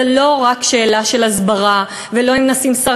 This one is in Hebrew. זה לא רק שאלה של הסברה ולא אם נשים שר